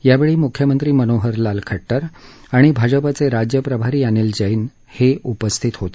यावेळी मुख्यमंत्री मनोहरलाल खट्टर आणि भाजपाचे राज्य प्रभारी अनिल जैन हेही उपस्थित होते